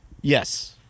Yes